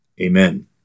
Amen